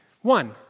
One